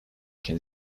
can